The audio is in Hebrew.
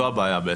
זו הבעיה.